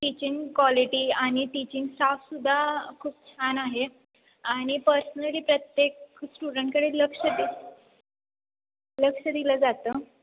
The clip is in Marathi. टीचिंग क्वालिटी आणि टीचिंग स्टाफसुद्धा खूप छान आहे आणि पर्सनली प्रत्येक स्टुडंटकडे लक्ष दि लक्ष दिलं जातं